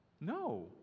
No